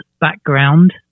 background